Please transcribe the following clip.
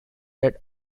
that